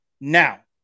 Now